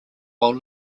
while